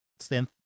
synth